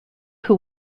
who